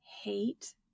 hate